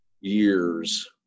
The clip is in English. years